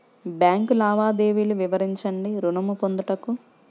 Bank లావాదేవీలు వివరించండి ఋణము పొందుటకు?